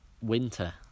winter